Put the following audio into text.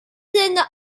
and